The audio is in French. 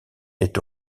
est